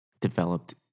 developed